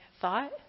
thought